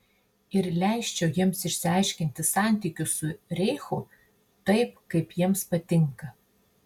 ir leisčiau jiems išsiaiškinti santykius su reichu taip kaip jiems patinka